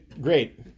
great